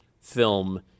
film